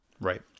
Right